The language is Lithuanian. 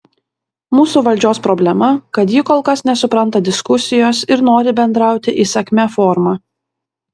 mūsų valdžios problema kad ji kol kas nesupranta diskusijos ir nori bendrauti įsakmia forma